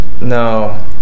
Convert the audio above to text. No